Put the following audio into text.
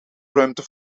ruimte